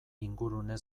ingurune